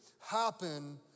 happen